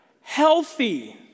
healthy